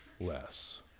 less